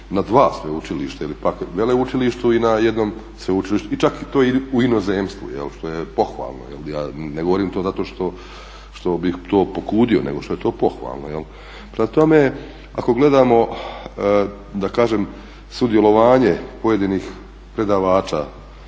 na dva sveučilišta ili pak veleučilištu i na jednom sveučilištu i čak to i u inozemstvu što je pohvalno. Ja ne govorim to zato što bih to pokudio, nego što je to pohvalno. Prema tome, ako gledamo da kažem sudjelovanje pojedinih predavača